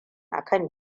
akan